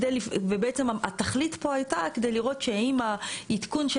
בעצם התכלית פה הייתה כדי לראות שהאם העדכון של